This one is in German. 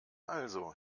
also